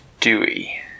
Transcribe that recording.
Dewey